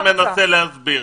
אני ברשותכם מנסה להסביר.